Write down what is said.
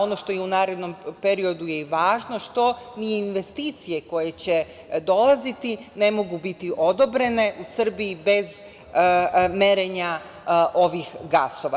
Ono što je u narednom periodu i važno, to je što ni investicije koje će dolaziti ne mogu biti odobrene u Srbiji bez merenja ovih gasova.